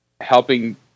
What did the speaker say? helping